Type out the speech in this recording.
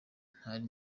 ntari